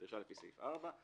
דרישה לפי סעיף 4,